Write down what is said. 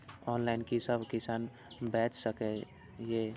Online कि सब किसान बैच सके ये?